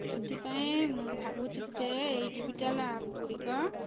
ସେଥିପାଇଁ ମୁଁ ଭାବୁଛି ଯେ ଏଇ ଡିଜିଟାଲ୍ ଆପ୍ଗୁଡ଼ିକ